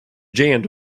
jammed